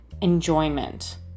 enjoyment